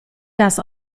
das